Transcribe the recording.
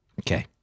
Okay